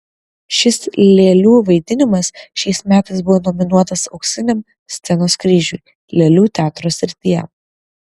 šis lėlių vaidinimas šiais metais buvo nominuotas auksiniam scenos kryžiui lėlių teatro srityje